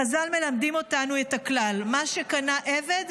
חז"ל מלמדים אותנו את הכלל: "מה שקנה עבד,